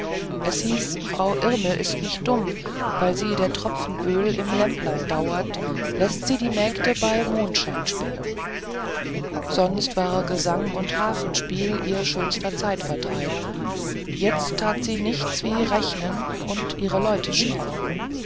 es hieß frau irmel ist nicht dumm weil sie der tropfen öl im lämplein dauert läßt sie die mägde bei mondschein spinnen sonst war gesang und harfenspiel ihr schönster zeitvertreib jetzt tat sie nichts wie rechnen und ihre leute scheren